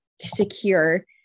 secure